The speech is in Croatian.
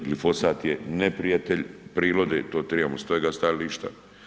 Glifosta je neprijatelj prirode, to tribamo s toga stajališta.